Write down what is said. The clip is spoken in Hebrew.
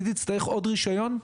תצטרך עוד רישיון.